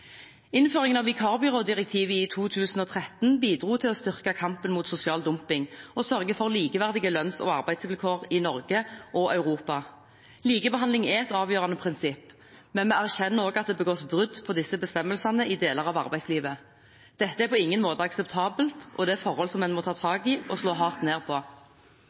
Innføringen av vikarbyrådirektivet i 2013 bidro til å styrke kampen mot sosial dumping og sørger for likeverdige lønns- og arbeidsvilkår i Norge og Europa. Likebehandling er et avgjørende prinsipp, men vi erkjenner også at det begås brudd på disse bestemmelsene i deler av arbeidslivet. Dette er på ingen måte akseptabelt, og det er forhold en må ta tak i og slå hardt ned på.